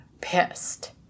pissed